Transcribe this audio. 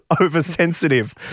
oversensitive